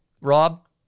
Rob